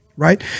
Right